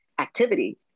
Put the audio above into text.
activity